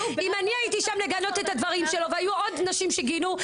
אם אני הייתי שם לגנות את הדברים שלו והיו עוד נשים שגינו,